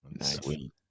Sweet